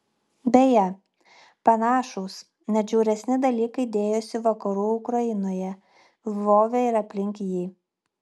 beje panašūs net žiauresni dalykai dėjosi vakarų ukrainoje lvove ir aplink jį